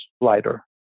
lighter